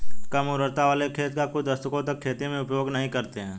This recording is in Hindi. कम उर्वरता वाले खेत का कुछ दशकों तक खेती में उपयोग नहीं करते हैं